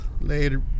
Later